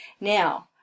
Now